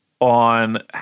on